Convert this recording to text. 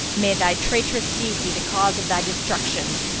may thy traitorous deed be the cause of thy destruction!